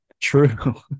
True